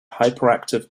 hyperactive